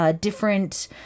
different